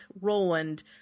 roland